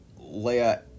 Leia